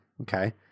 Okay